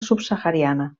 subsahariana